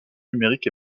numériques